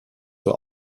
zur